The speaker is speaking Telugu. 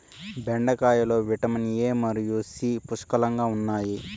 బెండకాయలో విటమిన్ ఎ మరియు సి పుష్కలంగా ఉన్నాయి